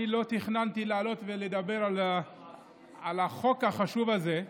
אני לא תכננתי לעלות ולדבר על החוק החשוב הזה,